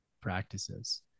practices